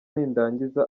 nindangiza